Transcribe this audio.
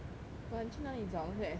but 你去哪里找那些 essay